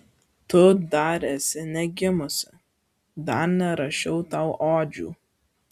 tu dar esi negimusi dar nerašiau tau odžių